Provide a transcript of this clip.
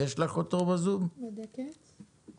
אז קודם